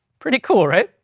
pretty cool, right?